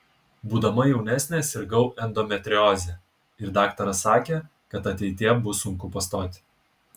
būdama jaunesnė sirgau endometrioze ir daktaras sakė kad ateityje bus sunku pastoti